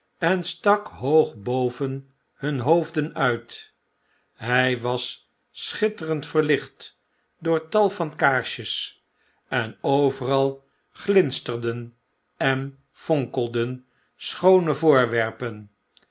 en stak hoog boven hun hoofden uit hfl was schitterend verlicbt door tal van kaarsjes en overal glinsterden en fonkelden schoone voorwerpen